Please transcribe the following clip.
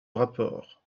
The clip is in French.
rapport